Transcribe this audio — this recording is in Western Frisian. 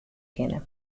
kinne